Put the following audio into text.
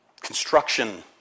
construction